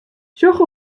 sjoch